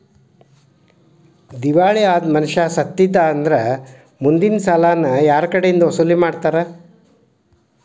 ದಿವಾಳಿ ಅದ್ ಮನಷಾ ಸತ್ತಿದ್ದಾ ಅಂದ್ರ ಮುಂದಿನ್ ಸಾಲಾನ ಯಾರ್ಕಡೆಇಂದಾ ವಸೂಲಿಮಾಡ್ತಾರ?